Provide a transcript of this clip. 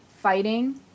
fighting